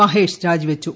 മഹേഷ് രാജിവച്ചു